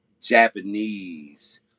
Japanese